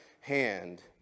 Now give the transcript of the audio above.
hand